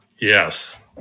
Yes